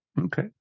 okay